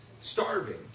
starving